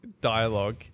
dialogue